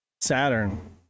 Saturn